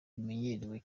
rimenyerewe